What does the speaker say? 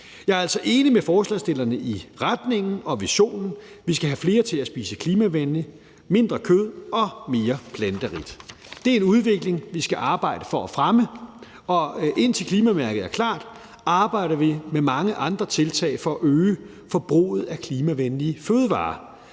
Jeg er altså enig med forslagsstillerne i retningen og visionen. Vi skal have flere til at spise klimavenligt, mindre kød og mere planterigt. Det er en udvikling, vi skal arbejde for at fremme. Indtil klimamærket er klar, arbejder vi med mange andre tiltag for at øge forbruget af klimavenlige fødevarer.